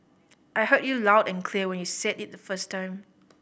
I heard you loud and clear when you said it the first time